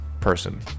person